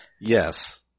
Yes